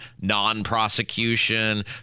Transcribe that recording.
non-prosecution